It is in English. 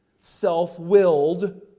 self-willed